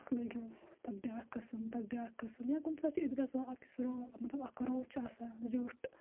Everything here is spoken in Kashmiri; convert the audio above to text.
اَکھ لٲگِو پَتہٕ بیٛاکھ قٕسٕم پَتہٕ بیٛاکھ قٕسم یا کُنہِ ساتہٕ چھِ أسۍ گژھان أکِس روٚو مطلب اَکھ روٚو چھِ آسان زیوٗٹھ